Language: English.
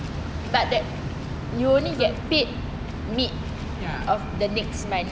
but that you only get paid mid of the next month